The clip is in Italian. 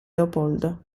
leopoldo